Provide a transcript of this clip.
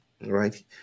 right